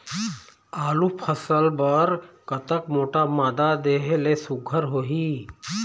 आलू फसल बर कतक मोटा मादा देहे ले सुघ्घर होही?